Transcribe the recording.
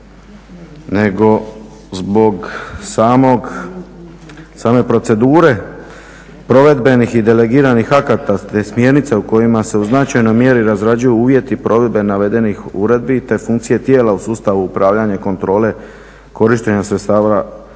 nego zbog same procedure provedbenih i delegiranih akata te smjernica u kojima se u značajnoj mjeri razrađuju uvjeti provedbe navedenih uredbi te funkcije tijela u sustavu upravljanja i kontrole korištenja sredstava